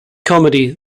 comedy